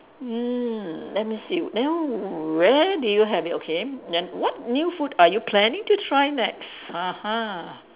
mm let me see then where did you have it okay then what new food are you planning to try next